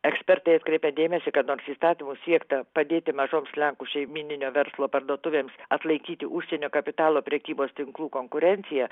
ekspertai atkreipia dėmesį kad nors įstatymu siekta padėti mažoms lenkų šeimyninio verslo parduotuvėms atlaikyti užsienio kapitalo prekybos tinklų konkurenciją